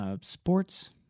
sports